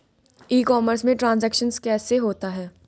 ई commerce में transaction कैसे होता है?